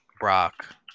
Brock